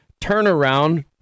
turnaround